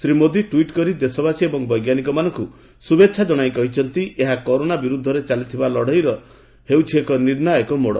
Shri Modi tweet କରି ଦେଶବାସୀ ଏବଂ ବୈଜ୍ଞାନିକମାନଙ୍କୁ ଶୁଭେଚ୍ଛା ଜଣାଇ କହିଛନ୍ତି ଏହା କରୋନା ବିରୋଧରେ ଚାଲିଥିବା ଲଢ଼େଇର ଏହା ହେଉଛି ଏକ ନିର୍ଣ୍ଣାୟକ ମୋଡ଼